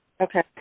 Okay